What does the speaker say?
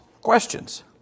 Questions